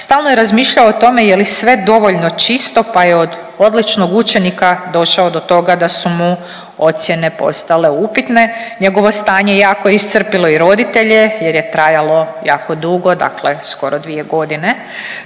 stalno je razmišljao o tome je li sve dovoljno čisto, pa je od odličnog učenika došao do toga da su mu ocijene postale upitne, njegovo stanje jako je iscrpilo i roditelje jer je trajalo jako dugo, dakle skoro 2.g..